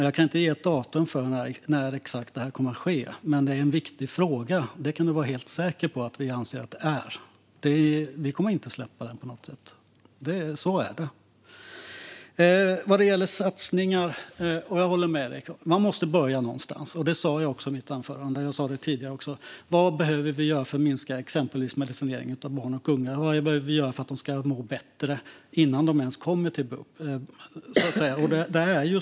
Jag kan inte ge ett datum för när detta exakt kommer att ske, men det är en viktig fråga. Det kan Karin Rågsjö vara helt säker på att vi anser att det är. Vi kommer inte att släppa detta på något sätt. Så är det. Vad gäller satsningar håller jag med Karin Rågsjö: Man måste börja någonstans. Det sa jag också i mitt anförande, och jag har sagt det tidigare också. Vad behöver vi göra för att minska exempelvis medicineringen av barn och unga, och vad behöver vi göra för att de ska må bättre och inte behöva komma till bup?